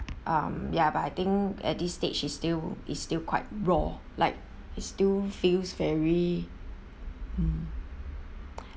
um ya but I think at this stage is still is still quite raw like it still feels very mm